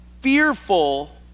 fearful